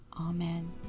Amen